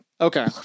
Okay